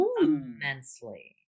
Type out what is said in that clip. immensely